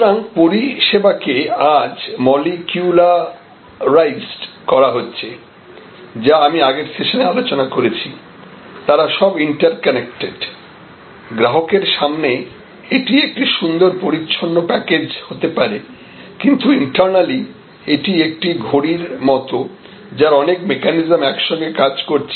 সুতরাং পরিষেবাকে আজ মলিকুলারাইসড করা হচ্ছে যা আমি আগের সেশনে আলোচনা করেছি তারা সব ইন্টারকানেক্টেড গ্রাহকের সামনে এটি একটি সুন্দর পরিচ্ছন্ন প্যাকেজ হতে পারে কিন্তু ইন্টার্নালি এটি একটি ঘড়ির এর মত যার অনেক মেকানিজম একসঙ্গে কাজ করছে